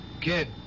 kid